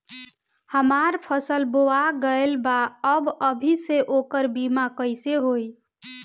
हमार फसल बोवा गएल बा तब अभी से ओकर बीमा कइसे होई?